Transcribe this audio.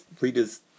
readers